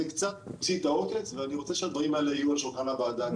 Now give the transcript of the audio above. זה קצת מוציא את העוקץ ואני רוצה שהדברים האלה יהיו על שלחן הוועדה.